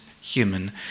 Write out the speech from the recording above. human